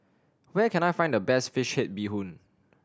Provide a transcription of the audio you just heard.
where can I find the best fish bee hoon